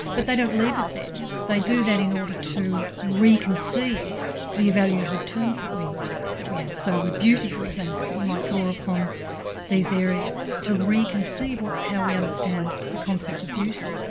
but they don't leave it there, they do that in order to reconceive the evaluative terms that we that we have. so with beauty, for example you might draw upon these areas to reconceive how we understand the concept of beauty.